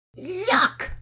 Yuck